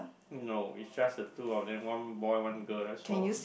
no it's just the two of them one boy one girl that's all